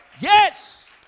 Yes